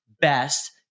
best